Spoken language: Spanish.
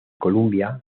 columbia